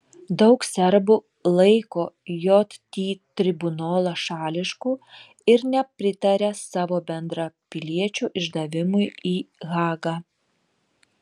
daug serbų laiko jt tribunolą šališku ir nepritaria savo bendrapiliečių išdavimui į hagą